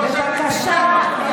בבקשה,